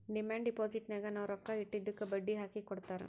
demand ಡಿಪೋಸಿಟ್ನಾಗ್ ನಾವ್ ರೊಕ್ಕಾ ಇಟ್ಟಿದ್ದುಕ್ ಬಡ್ಡಿ ಹಾಕಿ ಕೊಡ್ತಾರ್